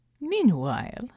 Meanwhile